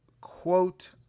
quote